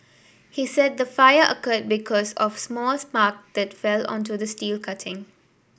he said the fire occurred because of small spark that fell onto the steel cutting